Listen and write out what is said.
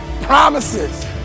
promises